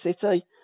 City